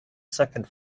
second